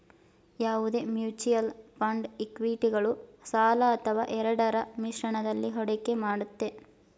ಯಾವುದೇ mutual fund ಇಕ್ವಿಟಿಗಳು ಸಾಲ ಅಥವಾ ಎರಡರ ಮಿಶ್ರಣದಲ್ಲಿ ಹೂಡಿಕೆ ಮಾಡುತ್ತೆ